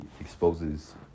exposes